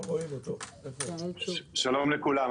שלום לכולם.